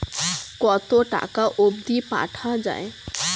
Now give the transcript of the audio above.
কতো টাকা অবধি পাঠা য়ায়?